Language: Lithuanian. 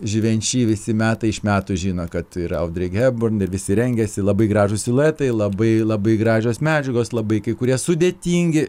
živenšy visi metai iš metų žino kad ir audy heburn ir visi rengiasi labai gražūs siluetai labai labai gražios medžiagos labai kai kurie sudėtingi